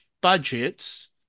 budgets